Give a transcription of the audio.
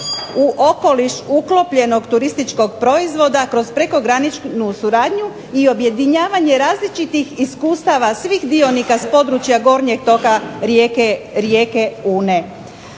u okoliš uklopljenog turističkog proizvoda kroz prekograničnu suradnju i objedinjavanje različitih iskustava svih dionika s područja gornjeg toka rijeke Une.